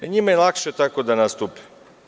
Njima je lakše tako da nastupe.